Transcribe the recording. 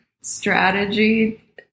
strategy